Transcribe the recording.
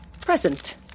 Present